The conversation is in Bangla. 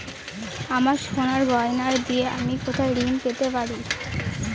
আমার সোনার গয়নার দিয়ে আমি কোথায় ঋণ পেতে পারি?